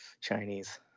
Chinese